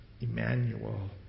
Emmanuel